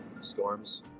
storms